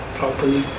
properly